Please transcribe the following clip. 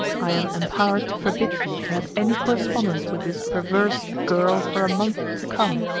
i am empowered to forbid you to have any correspondence with this perverse girl for a month to come,